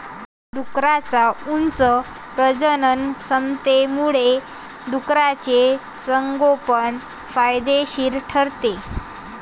डुकरांच्या उच्च प्रजननक्षमतेमुळे डुकराचे संगोपन फायदेशीर ठरते